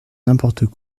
n’importe